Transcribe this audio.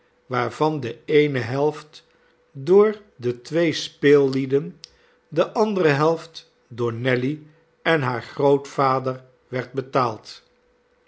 waarvan de eene helft door de twee speellieden de andere helft door nelly en haar grootvader werd betaald